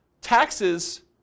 taxes